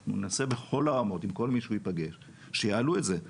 אנחנו ננסה בכל הרמות עם כל מי שהוא ייפגש שיעלו את זה.